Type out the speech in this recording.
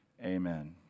amen